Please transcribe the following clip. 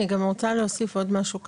אז אם הורה בוחר ללכת על המסלול הזה בסדר.